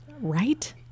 Right